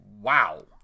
wow